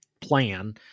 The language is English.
plan